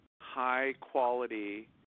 high-quality